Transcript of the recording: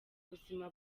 buzima